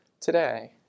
today